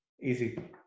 Easy